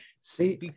see